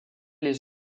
les